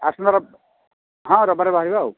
ଆସନ୍ତା ରବିବାର ହଁ ରବିବାର ବାହାରିବା ଆଉ